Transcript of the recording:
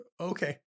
okay